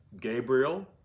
Gabriel